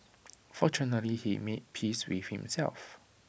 fortunately he made peace with himself